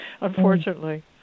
unfortunately